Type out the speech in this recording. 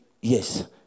Yes